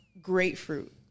grapefruit